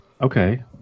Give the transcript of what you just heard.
Okay